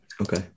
Okay